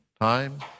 time